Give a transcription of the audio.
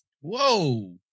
Whoa